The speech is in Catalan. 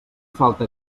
falta